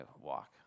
walk